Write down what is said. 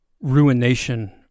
Ruination